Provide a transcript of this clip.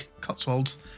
Cotswolds